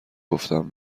گفتم